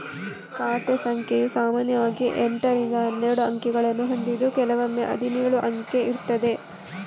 ಖಾತೆ ಸಂಖ್ಯೆಯು ಸಾಮಾನ್ಯವಾಗಿ ಎಂಟರಿಂದ ಹನ್ನೆರಡು ಅಂಕಿಗಳನ್ನ ಹೊಂದಿದ್ದು ಕೆಲವೊಮ್ಮೆ ಹದಿನೇಳು ಅಂಕೆ ಇರ್ತದೆ